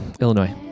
Illinois